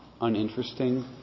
uninteresting